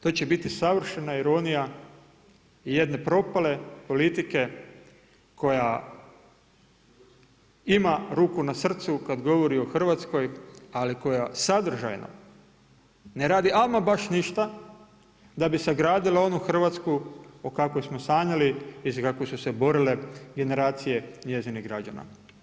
To će biti savršena ironija jedne propale politike, koja ima ruku na srcu, kada govori o Hrvatskoj, ali koja sadržajno, ne radi ama baš ništa, da bi sagradila onu Hrvatsku o kakvoj smo sanjali i za kakvu su se borile generacije njezinih građana.